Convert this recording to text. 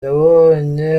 yabonye